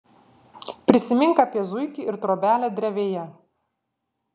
prisimink apie zuikį ir trobelę drevėje